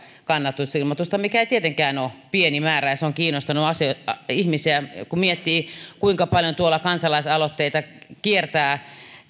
kannatusilmoitusta mikä ei tietenkään ole pieni määrä se on kiinnostanut ihmisiä kun miettii kuinka paljon tuolla kansalaisaloitteita kiertää